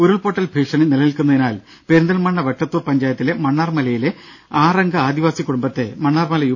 ഉരുൾപൊട്ടൽ ഭീഷണി നിലനിൽക്കുന്നതിനാൽ പെരിന്തൽമണ്ണ വെട്ടത്തൂർ പഞ്ചായത്തിലെ മണ്ണാർമലയിലെ ആറംഗ ആദിവാസി കുടുംബത്തെ മണ്ണാർമല യു